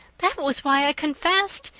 that was why i confessed.